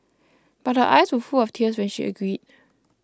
but her eyes were full of tears when she agreed